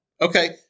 Okay